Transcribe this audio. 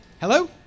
hello